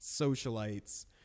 socialites